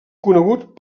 conegut